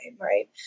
right